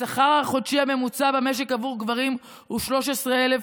השכר החודשי הממוצע במשק של גברים הוא 13,000,